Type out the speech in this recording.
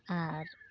ᱟᱨ